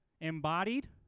embodied